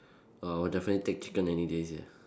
oh I would definitely take chicken any day sia